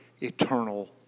eternal